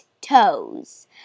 toes